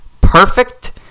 perfect